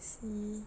see